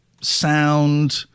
sound